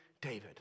David